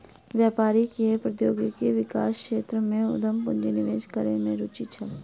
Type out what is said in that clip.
व्यापारी के प्रौद्योगिकी विकास क्षेत्र में उद्यम पूंजी निवेश करै में रूचि छल